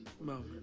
moment